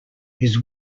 his